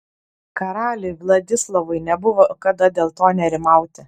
karaliui vladislovui nebuvo kada dėl to nerimauti